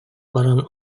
баран